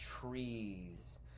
trees